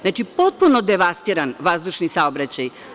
Znači, potpuno devastiran vazdušni saobraćaj.